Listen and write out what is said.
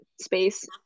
space